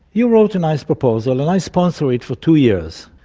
you wrote a nice proposal and i sponsor it for two years.